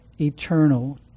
eternal